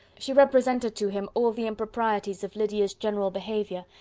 she represented to him all the improprieties of lydia's general behaviour,